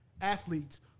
athletes